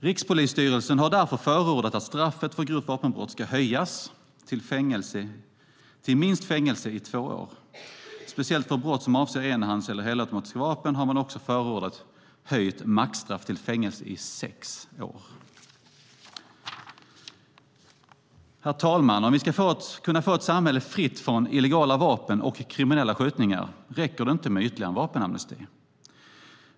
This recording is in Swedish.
Rikspolisstyrelsen har därför förordat att straffet för grovt vapenbrott ska höjas till fängelse i minst två år. Speciellt för brott som avser enhandsvapen eller helautomatiska vapen har man också förordat höjt maxstraff till fängelse i sex år. Herr talman! Om vi ska få ett samhälle fritt från illegala vapen och kriminella skjutningar räcker det inte med ytterligare en vapenamnesti.